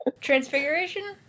transfiguration